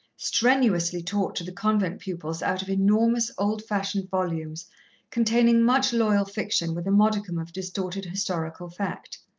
strenuously taught to the convent pupils out of enormous old-fashioned volumes containing much loyal fiction with a modicum of distorted historical fact.